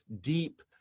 Deep